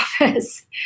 office